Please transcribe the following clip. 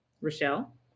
Rochelle